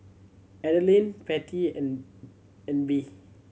Adeline Patty and and Bea